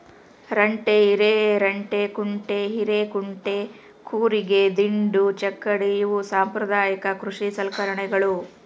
ರಂಟೆ ಹಿರೆರಂಟೆಕುಂಟೆ ಹಿರೇಕುಂಟೆ ಕೂರಿಗೆ ದಿಂಡು ಚಕ್ಕಡಿ ಇವು ಸಾಂಪ್ರದಾಯಿಕ ಕೃಷಿ ಸಲಕರಣೆಗಳು